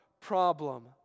problem